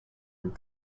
and